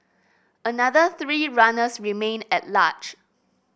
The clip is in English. another three runners remain at large